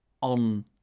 on